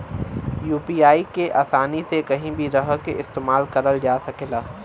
UPI के आसानी से कहीं भी रहके इस्तेमाल करल जा सकला